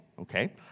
okay